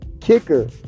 kicker